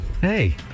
Hey